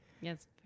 Yes